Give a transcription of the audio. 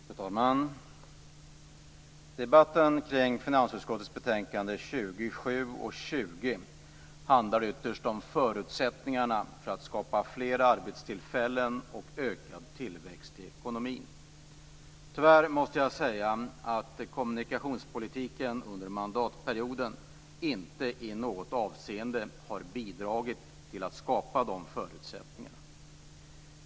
Fru talman! Debatten kring finansutskottets betänkanden 27 och 20 handlar ytterst om förutsättningarna för att skapa fler arbetstillfällen och ökad tillväxt i ekonomin. Tyvärr måste jag säga att kommunikationspolitiken under mandatperioden inte i något avseende har bidragit till att skapa de förutsättningarna.